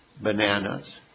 bananas